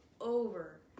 over